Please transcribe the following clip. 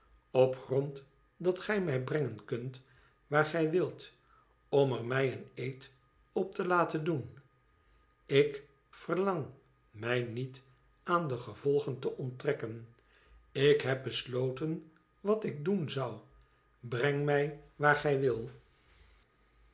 op grond dat gij mij lengen kunt waar gij wilt om er mij een eed op te laten doen ik verlang mij niet aan de gevolgen te onttrekken ik heb besloten wat ik doen zou brengt mij waar gij wil